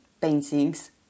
paintings